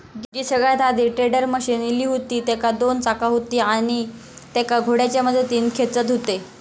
जी सगळ्यात आधी tedder machine इली हुती तेका दोन चाका हुती आणि तेका घोड्याच्या मदतीन खेचत हुते